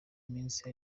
iminsi